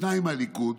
שניים מהליכוד,